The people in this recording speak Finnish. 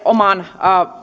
omaan